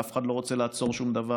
ואף אחד לא רוצה לעצור שום דבר,